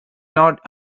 not